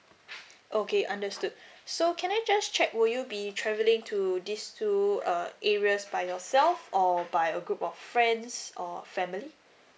okay understood so can I just check will you be travelling to this two uh areas by yourself or by a group of friends or family